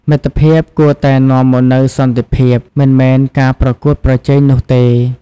មិត្តភាពគួរតែនាំមកនូវសន្តិភាព មិនមែនការប្រកួតប្រជែងនោះទេ។